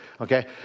okay